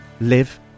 live